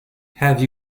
have